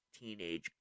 teenage